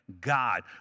God